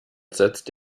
setzt